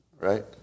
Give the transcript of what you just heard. right